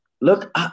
Look